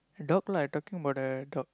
dog lah I talking about uh dog